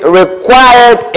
required